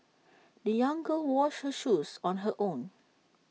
the young girl washed her shoes on her own